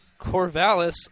Corvallis